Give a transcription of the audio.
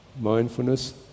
mindfulness